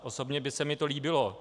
Osobně by se mi to líbilo.